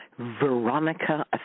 Veronica